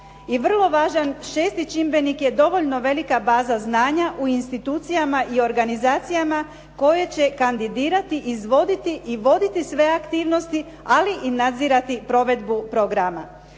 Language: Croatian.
I vrlo važan, šesti čimbenik je dovoljna velika baza znanja u institucijama i organizacijama koje će kandidirati, izvoditi i voditi sve aktivnosti, ali i nadzirati provedbu programa.